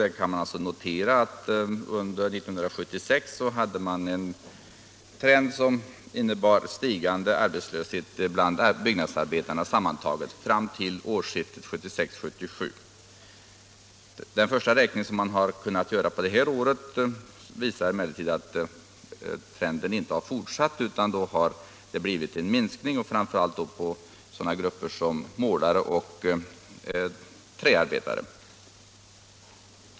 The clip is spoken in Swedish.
Där kan man notera att trenden under 1976 innebar stigande arbetslöshet bland byggnadsarbetarna fram till årsskiftet 1976-1977. Den första räkning som gjorts detta år visar emellertid att trenden inte har fortsatt. En minskning av arbetslösheten har inträffat, framför allt inom sådana grupper som målare och träarbetare.